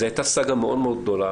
זאת היתה סאגה מאוד גדולה.